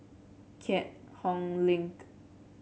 Keat Hong Link